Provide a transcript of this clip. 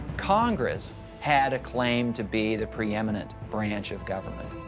congress had a claim to be the preeminent branch of government.